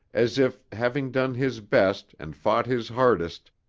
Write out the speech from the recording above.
as if, having done his best and fought his hardest,